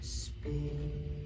speak